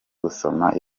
gusoma